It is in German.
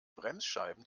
bremsscheiben